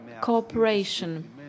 cooperation